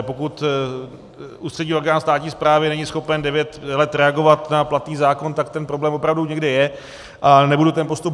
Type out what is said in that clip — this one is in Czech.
Pokud ústřední orgán státní správy není schopen devět let reagovat na platný zákon, tak ten problém opravdu někde je a nebudu ten postup hájit.